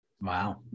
Wow